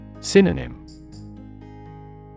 Synonym